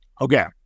Okay